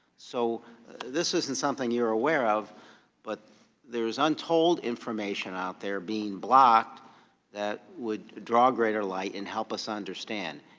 so this isn't something you are aware of but there is untold information out there being blocked that would draw greater light and help us understand.